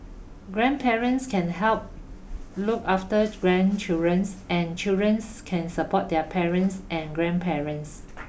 grandparents can help look after grandchildrens and childrens can support their parents and grandparents